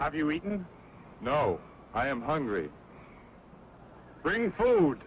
have you eaten no i am hungry bring food